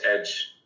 edge